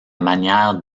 manière